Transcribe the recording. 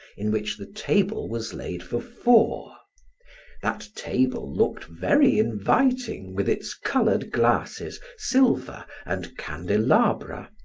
in which the table was laid for four that table looked very inviting with its colored glasses, silver, and candelabra.